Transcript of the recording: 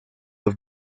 have